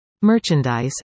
merchandise